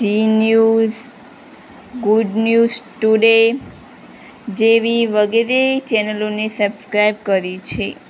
Zee news good news today જેવી વગેરે ચેનલોને સબ્સ્ક્રાઇબ કરી છે